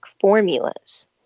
formulas